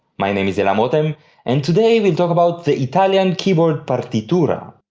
my name is elam rotem and today we'll talk about the italian keyboard partitura,